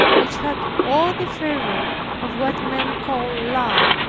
which had all the fervor of what men call love,